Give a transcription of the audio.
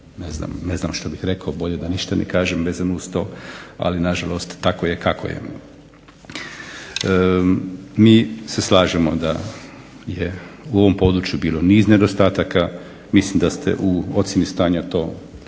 ne znam što bih rekao, bolje da ništa ne kažem vezano uz to. Ali na žalost tako je kako. Mi se slažemo da je u ovom području bilo niz nedostataka, mislim da ste u ocjeni stanja to